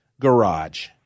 garage